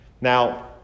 Now